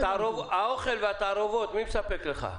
את האוכל והתערובות, מי מספק לך?